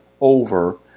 over